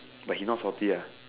but he not salty ah